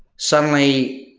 suddenly,